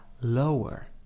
lower